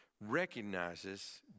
recognizes